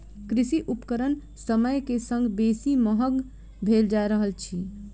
कृषि उपकरण समय के संग बेसी महग भेल जा रहल अछि